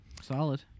Solid